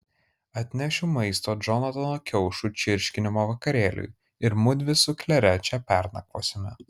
atnešiu maisto džonatano kiaušų čirškinimo vakarėliui ir mudvi su klere čia pernakvosime